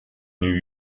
new